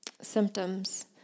symptoms